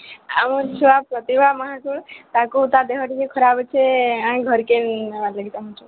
ଆମର ଛୁଆ ପ୍ରତିଭା ମହାନ୍ତି ତାକୁ ତା ଦେହ ଟିକେ ଖରାପ ଅଛି ଆମେ ଧରିକି ନେବାପାଇଁ ଚାହୁଁଛୁ